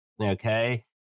okay